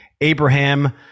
Abraham